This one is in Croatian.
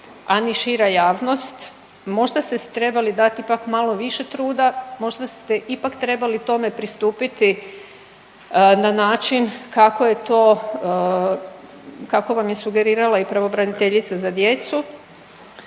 a ni šira javnost. Možda ste si trebali dati ipak malo više truda, možda ste ipak trebali tome pristupiti na način kako je to, kako vam je sugerirala i pravobraniteljica za djecu